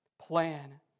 plan